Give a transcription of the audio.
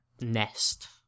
nest